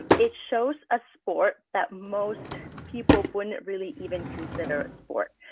it shows a sport that most people wouldn't really even consider a sport.